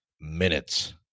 minutes